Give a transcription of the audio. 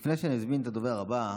לפני שאני אזמין את הדובר הבא,